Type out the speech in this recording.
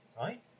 right